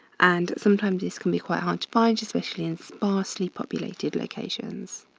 and sometimes this can be quite hard to find especially in sparsely populated locations.